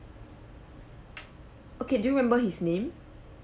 okay do you remember his name